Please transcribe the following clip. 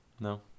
no